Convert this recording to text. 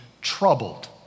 troubled